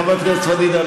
חברת הכנסת פדידה,